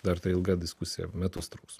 dar ta ilga diskusija metus truks